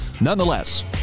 Nonetheless